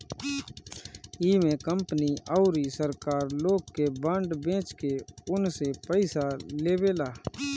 इमे कंपनी अउरी सरकार लोग के बांड बेच के उनसे पईसा लेवेला